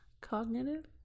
cognitive